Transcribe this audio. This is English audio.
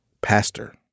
pastor